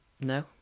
no